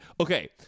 Okay